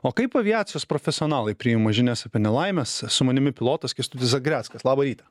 o kaip aviacijos profesionalai priima žinias apie nelaimes su manimi pilotas kęstutis zagreckas labą rytą